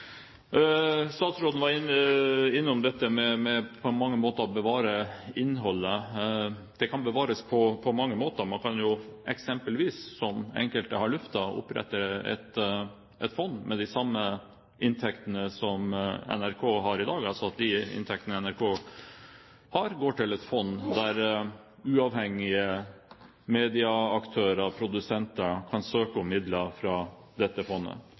Statsråden var innom dette med på mange måter å bevare innholdet. Det kan bevares på mange måter. Man kan jo eksempelvis, som enkelte har luftet, opprette et fond med de samme inntektene som NRK har i dag – altså at de inntektene NRK har, går til et fond der uavhengige medieaktører og produsenter kan søke om midler fra dette fondet.